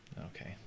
Okay